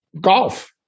golf